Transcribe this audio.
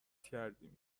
کردیم